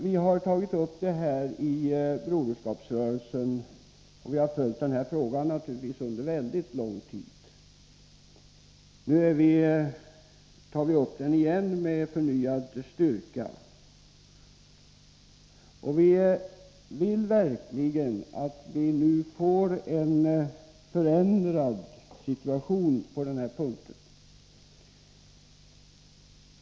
Vi har naturligtvis tagit upp och följt den här frågan i broderskapsrörelsen under mycket lång tid. Nu har vi tagit upp den igen med förnyad styrka, och vi vill verkligen att situationen förändras på den här punkten.